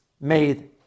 made